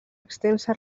extensa